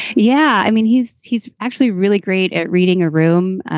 yeah i mean, he's he's actually really great at reading a room.